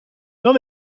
dans